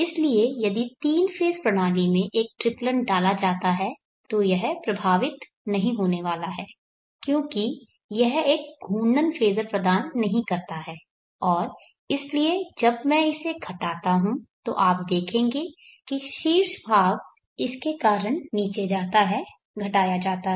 इसलिए यदि तीन फेज़ प्रणाली में एक ट्रिप्लन डाला जाता है तो यह प्रभावित नहीं होने वाला है क्योंकि यह एक घूर्णन फेज़र प्रदान नहीं करता है और इसलिए जब मैं इसे घटाता हूं तो आप देखेंगे कि शीर्ष भाग इसके कारण नीचे जाता है घटाया जाता है